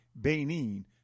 Benin